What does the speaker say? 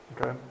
okay